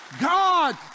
God